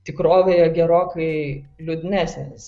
tikrovėje gerokai liūdnesnis